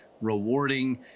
rewarding